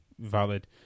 valid